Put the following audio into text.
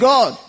God